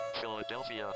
Philadelphia